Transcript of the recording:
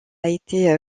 été